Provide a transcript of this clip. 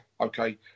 okay